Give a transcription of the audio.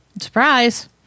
Surprise